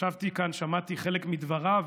ישבתי כאן, שמעתי חלק מדבריו,